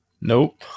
Nope